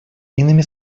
иными